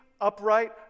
upright